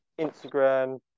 Instagram